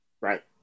Right